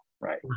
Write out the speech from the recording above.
Right